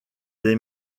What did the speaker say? des